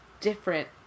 different